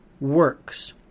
works